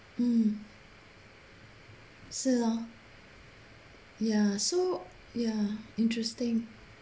mm 是 lor ya so ya interesting